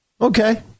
Okay